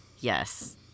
Yes